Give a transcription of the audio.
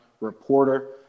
reporter